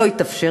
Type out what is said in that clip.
לא התאפשר.